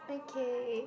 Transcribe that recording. okay